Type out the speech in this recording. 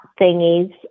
thingies